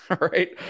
right